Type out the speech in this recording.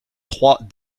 trois